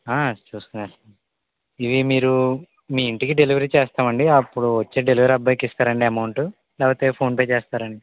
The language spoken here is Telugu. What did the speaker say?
ఇవి మీరు మీ ఇంటికి డెలివరి చేస్తామండి అప్పుడు వచ్చే డెలివరీ అబ్బాయ్కి ఇస్తారండీ అమౌంటు లేకపోతే ఫోన్ పే చేస్తారా